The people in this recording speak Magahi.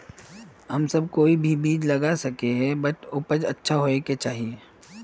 हम सब कोई भी बीज लगा सके ही है बट उपज सही होबे क्याँ चाहिए?